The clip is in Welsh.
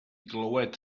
glywed